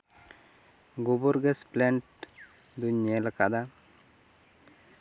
ᱜᱳᱵᱳᱨ gas plant ᱫᱩᱧ ᱧᱮᱞ ᱟᱠᱟᱫᱟ